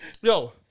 Yo